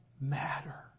matter